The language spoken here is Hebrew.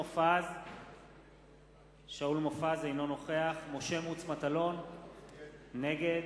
מיכאל איתן, נגד